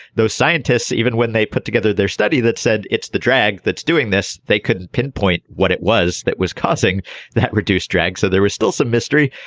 those scientists even when they put together their study that said it's the drag that's doing this they couldn't pinpoint what it was that was causing that reduced drag. so there is still some mystery.